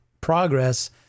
progress